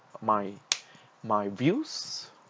my my views